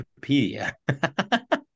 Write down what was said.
Wikipedia